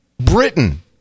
Britain